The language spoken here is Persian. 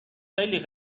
خیلی